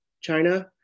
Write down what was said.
China